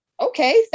okay